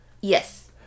Yes